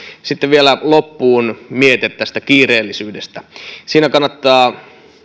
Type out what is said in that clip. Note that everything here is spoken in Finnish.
sitten vielä loppuun miete tästä kiireellisyydestä siinä kannattaa